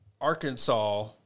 Arkansas